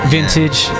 Vintage